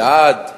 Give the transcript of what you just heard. אלע"ד.